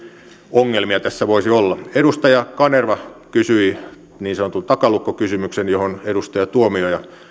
ongelmia tässä voisi olla edustaja kanerva kysyi niin sanotun takalukkokysymyksen johon edustaja tuomioja